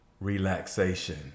relaxation